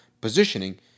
positioning